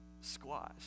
Squash